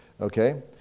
Okay